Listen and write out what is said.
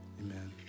amen